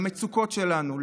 למצוקות שלנו,